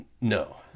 no